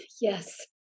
Yes